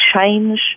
change